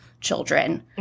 children